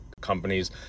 companies